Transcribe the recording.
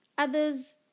Others